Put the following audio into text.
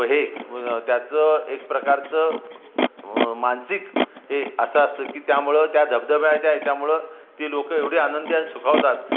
हे त्याचं एक प्रकारचं मानसिक हे असं असतं की त्यामुळं त्या धबधब्याच्या याच्यामुळं ती लोक एवढी आनंदी आणि सुखावतात